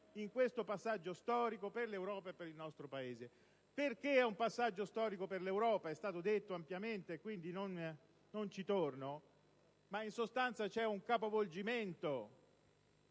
in questo passaggio storico per l'Europa e per il nostro Paese. Perché sia un passaggio storico per l'Europa è stato detto ampiamente e, quindi, non lo ripeto; ma in sostanza c'è un capovolgimento